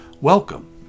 Welcome